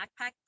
backpack